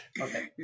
okay